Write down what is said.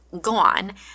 gone